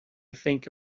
think